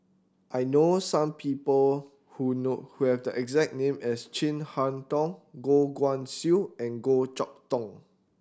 I know some people who know who have the exact name as Chin Harn Tong Goh Guan Siew and Goh Chok Tong